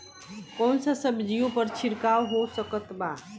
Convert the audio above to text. कौन सा सब्जियों पर छिड़काव हो सकत बा?